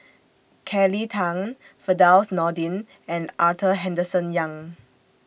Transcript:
Kelly Tang Firdaus Nordin and Arthur Henderson Young